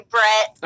Brett